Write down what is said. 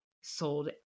sold